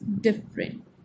different